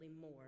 more